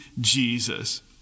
Jesus